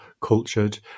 cultured